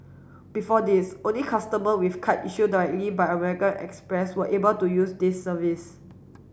before this only customer with card issued directly by American Express were able to use this service